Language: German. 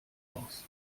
aus